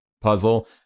puzzle